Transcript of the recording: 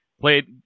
played